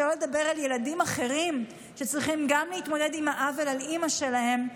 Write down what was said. שלא לדבר על ילדים אחרים שצריכים גם הם להתמודד עם האבל על אימא שלהם,